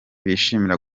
bishimira